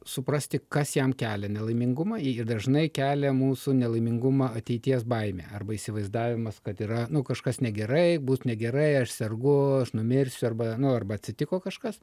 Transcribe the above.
suprasti kas jam kelia nelaimingumą ir dažnai kelia mūsų nelaimingumą ateities baimė arba įsivaizdavimas kad yra kažkas negerai bus negerai aš sergu aš numirsiu arba nu arba atsitiko kažkas